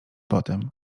potem